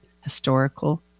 historical